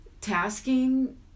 tasking